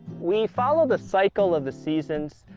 we follow the cycle of the seasons.